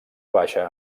baixa